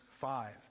five